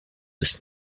ist